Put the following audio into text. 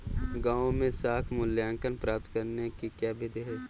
गाँवों में साख मूल्यांकन प्राप्त करने की क्या विधि है?